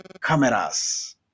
cameras